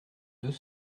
deux